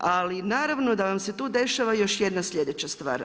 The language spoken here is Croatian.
Ali naravno da vam se tu dešava još jedna sljedeća stvar.